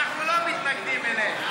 אנחנו לא מתנגדים להן.